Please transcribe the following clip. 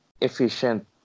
efficient